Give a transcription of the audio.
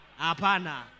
Apana